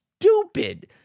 stupid